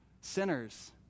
sinners